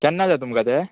केन्ना जाय तुमकां तें